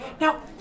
now